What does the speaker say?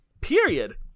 Period